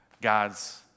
God's